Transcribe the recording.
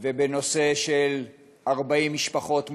ובנושא של 40 משפחות מעמונה,